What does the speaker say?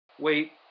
Wait